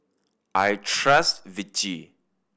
I trust Vichy